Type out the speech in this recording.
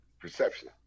perception